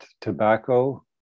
tobacco